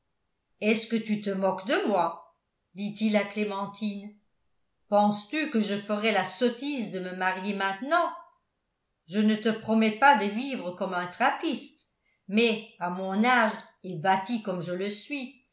est-ce que tu te moques de moi dit-il à clémentine penses-tu que je ferai la sottise de me marier maintenant je ne te promets pas de vivre comme un trappiste mais à mon âge et bâti comme je le suis